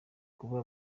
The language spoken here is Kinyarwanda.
kuba